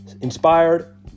inspired